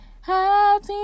happy